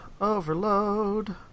overload